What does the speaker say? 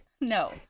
No